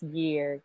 year